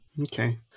okay